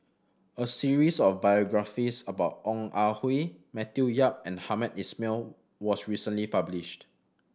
a series of biographies about Ong Ah Hoi Matthew Yap and Hamed Ismail was recently published